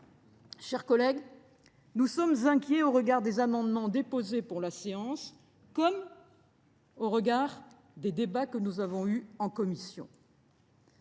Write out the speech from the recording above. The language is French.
chers collègues, nous sommes inquiets au regard des amendements déposés en vue de la séance et du débat que nous avons eu en commission